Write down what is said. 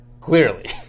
clearly